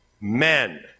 men